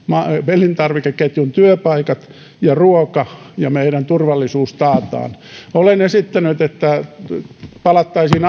elintarvikeketjun työpaikat ja ruoka ja meidän turvallisuutemme taataan olen esittänyt että palattaisiin